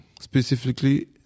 specifically